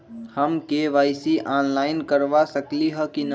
हम KYC online करवा सकली ह कि न?